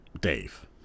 Dave